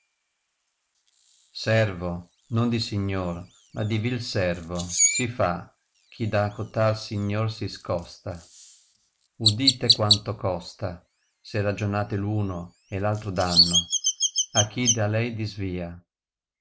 servo non di signor ma di tìi servo si fa chi da cotal signor si scosta udite qaanto costa se ragionate v uno e v altro danno a chi da lei disvia